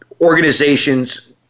organizations